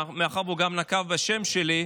מאחר שהוא נקב בשם שלי.